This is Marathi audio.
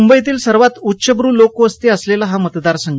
मुंबईतल्या सर्वात उच्चभू लोकवस्ती असलेला हा मतदारसंघ